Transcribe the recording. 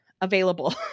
Available